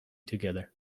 together